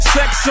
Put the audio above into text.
sex